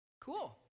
Cool